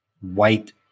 white